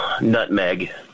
Nutmeg